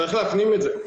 צריך להפנים את זה.